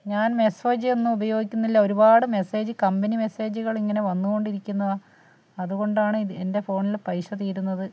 ഞാൻ മെസ്സേജൊന്നും ഉപയോഗിക്കുന്നില്ല ഒരുപാട് മെസ്സേജ് കമ്പനി മെസ്സേജുകളിങ്ങനെ വന്നു കൊണ്ടിരിക്കുന്നു അതു കൊണ്ടാണ് ഇത് എൻ്റെ ഫോണിൽ പൈസ തീരുന്നത്